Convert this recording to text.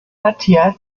matthias